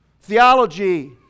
Theology